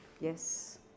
yes